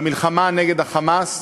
במלחמה נגד ה"חמאס"